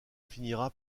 finira